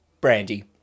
Brandy